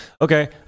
okay